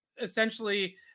essentially